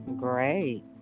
Great